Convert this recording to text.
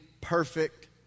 perfect